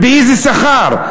ובאיזה שכר?